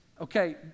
okay